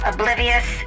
Oblivious